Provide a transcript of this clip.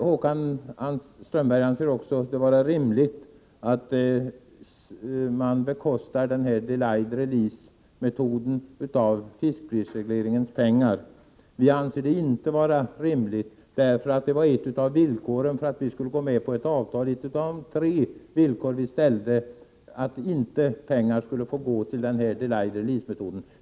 Håkan Strömberg anser det också vara rimligt att bekosta ”delayed release”-metoden med fiskprisregleringens pengar. Vi anser inte att det är rimligt. Ett av de tre villkor som vi ställde för att gå med på ett avtal var att pengar inte skulle gå till ”delayed release”-metoden.